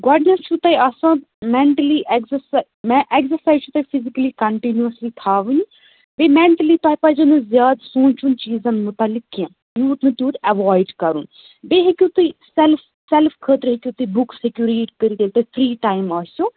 گۄڑٕنیٚتھ چھُ تۄہہِ آسان میٚنٛٹیلی ایکٚزَرسا مےَ ایٚکٚزَرسایِز چھےٚ تۄہہِ فِزکٔلی کَنٹِنیوسلی تھاوٕنۍ بیٚیہِ مینٹٕلی تۄہہِ پَزیٚو نہٕ زیادٕ سونٛچُن چیٖزن مُتعلق کیٚنٛہہ یوٗت بہ تیٛوٗت ایٚوایِڈ کَرُن بیٚیہِ ہیٚکِو تُہۍ سیلف سیلف خٲطرٕ ہیٚکِو تُہۍ بُکٕس ہیٚکِو ریٖڈ کٔرِتھ ییٛلہِ تُہۍ فرٛی ٹایِم آسوٕ